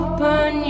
Open